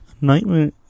nightmare